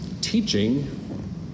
teaching